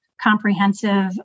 comprehensive